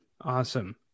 Awesome